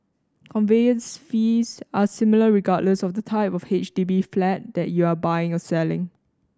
conveyance fees are similar regardless of the type of H D B flat that you are buying or selling